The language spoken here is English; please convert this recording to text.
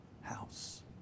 house